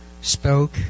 spoke